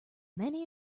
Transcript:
many